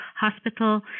hospital